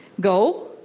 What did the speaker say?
go